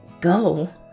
go